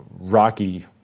rocky